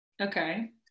Okay